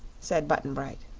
said button-bright.